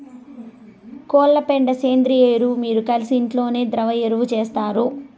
కోళ్ల పెండ సేంద్రియ ఎరువు మీరు కలిసి ఇంట్లోనే ద్రవ ఎరువు చేస్తారు